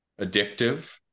addictive